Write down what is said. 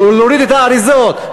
להוריד את האריזות,